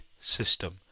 System